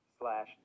slash